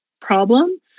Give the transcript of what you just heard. problem